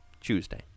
Tuesday